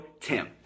TIM